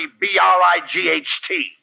B-R-I-G-H-T